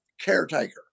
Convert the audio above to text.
caretaker